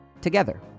together